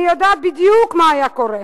אני יודעת בדיוק מה היה קורה.